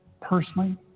personally